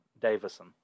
Davison